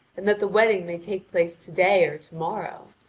and that the wedding might take place to-day or tomorrow.